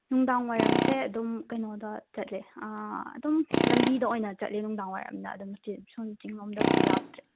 ꯅꯨꯡꯗꯥꯡ ꯋꯥꯏꯔꯝꯁꯦ ꯑꯗꯨꯝ ꯀꯩꯅꯣꯗ ꯆꯠꯂꯦ ꯑꯗꯨꯝ ꯂꯝꯕꯤꯗ ꯑꯣꯏꯅ ꯆꯠꯂꯦ ꯅꯨꯡꯗꯥꯡ ꯋꯥꯏꯔꯝꯅ ꯑꯗꯨꯝ ꯁꯣꯝ ꯆꯤꯡ ꯂꯣꯝꯗꯕꯨꯗꯤ ꯂꯥꯛꯇ꯭ꯔꯦ